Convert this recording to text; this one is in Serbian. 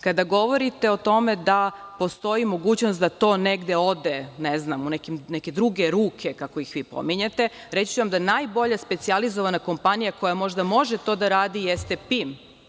Kada govorite o tome da postoji mogućnost da to negde ode, ne znam u neke druge ruke, kako ih vi pominjete, reći ću vam da najbolja specijalizovana kompanija koja možda može to da radi jeste PIM.